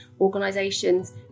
organisations